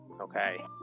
okay